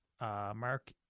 Mark